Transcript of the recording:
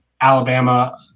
Alabama